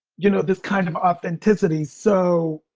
you know, this kind of authenticity. so.